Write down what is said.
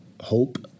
hope